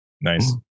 nice